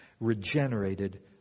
regenerated